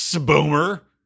Boomer